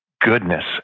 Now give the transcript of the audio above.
goodness